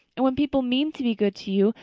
and when people mean to be good to you,